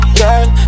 girl